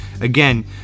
again